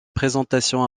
présentation